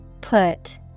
Put